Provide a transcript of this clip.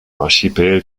archipel